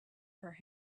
her